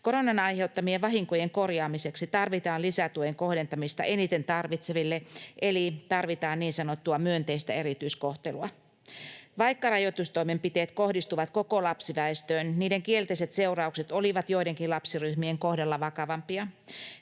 Koronan aiheuttamien vahinkojen korjaamiseksi tarvitaan lisätuen kohdentamista eniten tarvitseville, eli tarvitaan niin sanottua myönteistä erityiskohtelua. Vaikka rajoitustoimenpiteet kohdistuvat koko lapsiväestöön, niiden kielteiset seuraukset olivat joidenkin lapsiryhmien kohdalla vakavampia.